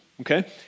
Okay